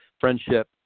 friendship